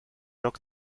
rok